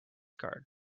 card